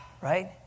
Right